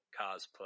cosplay